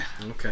Okay